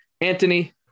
Anthony